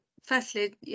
Firstly